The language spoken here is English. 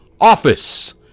office